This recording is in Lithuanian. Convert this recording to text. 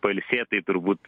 pailsėt tai turbūt